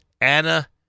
Anna